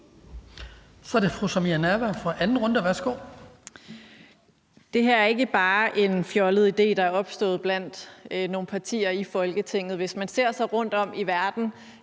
Kl. 14:54 Samira Nawa (RV): Det her ikke bare en fjollet idé, der er opstået blandt nogle partier i Folketinget. Hvis man ser rundtom i verden,